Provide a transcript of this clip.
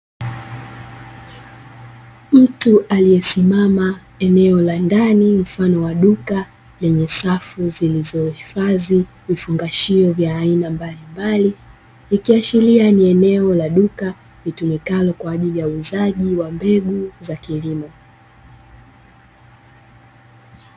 Mtu aliyesimama eneo la ndani mfano wa duka lenye safu zi azohifadhi vifungashio vya aina mbalimbali, ikiashiria ni eneo la duka linalotumika kwajili ya uuzaji wa mbegu za kilimo.